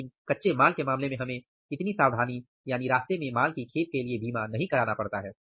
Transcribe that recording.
लेकिन कच्चे माल के मामले में हमें इतनी सावधानी यानी रास्ते में माल की खेप के लिए बीमा नहीं कराना पड़ता है